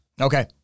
Okay